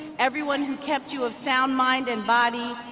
everyone who kept you of sound mind and body,